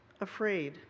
afraid